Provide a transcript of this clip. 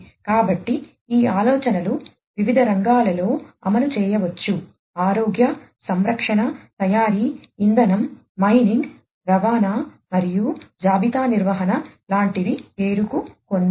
కాబట్టి ఈ ఆలోచనలను వివిధ రంగాలలో అమలు చేయవచ్చు ఆరోగ్య సంరక్షణ తయారీ ఇంధనం మైనింగ్ రవాణా మరియు జాబితా నిర్వహణ లాంటివి పేరుకు కొన్ని